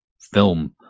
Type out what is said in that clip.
film